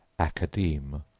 academe,